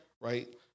Right